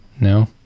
No